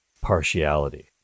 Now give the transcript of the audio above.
partiality